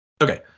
Okay